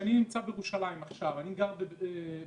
כשאני נמצא בירושלים עכשיו ואני גר במרכז,